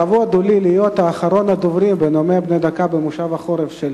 כבוד הוא לי להיות אחרון הדוברים בנאומים בני דקה במושב החורף של